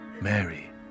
Mary